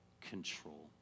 control